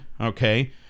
okay